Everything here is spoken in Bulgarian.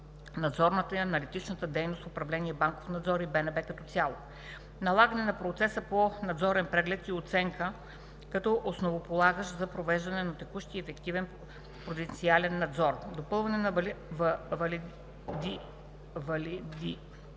надзорната и аналитична дейност в управление „Банков надзор“ и БНБ като цяло; - налагане на процеса по надзорен преглед и оценка като основополагащ за провеждането на текущ и ефективен пруденциален надзор; - допълване на